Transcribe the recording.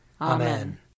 Amen